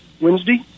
Wednesday